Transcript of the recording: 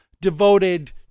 devoted